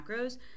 macros